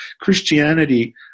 Christianity